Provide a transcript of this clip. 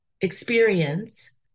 experience